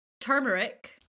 Turmeric